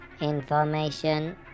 Information